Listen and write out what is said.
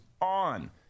on